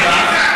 יש לי נתונים,